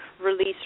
release